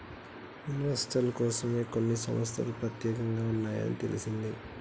ఇన్వెస్టర్ల కోసమే కొన్ని సంస్తలు పెత్యేకంగా ఉన్నాయని తెలిసింది